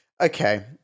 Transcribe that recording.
Okay